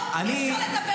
שעם ארגון טרור אי-אפשר לדבר.